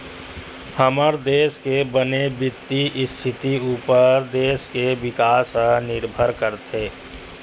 हमर देस के बने बित्तीय इस्थिति उप्पर देस के बिकास ह निरभर करथे